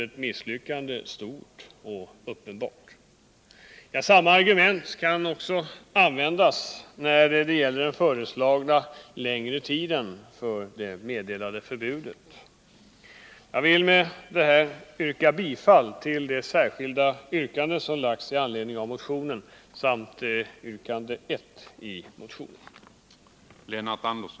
1. besluta att kronofogdemyndighet i stället för allmän åklagare skulle föra talan i mål om näringsförbud då detta inte hade samband med brottslig verksamhet,